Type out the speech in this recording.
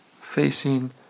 facing